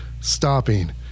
stopping